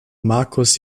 marcus